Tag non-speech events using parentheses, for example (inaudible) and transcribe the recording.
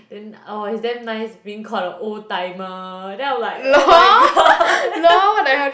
then oh it's damn nice being called a old timer then I'm like oh my god (laughs)